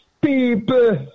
people